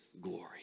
glory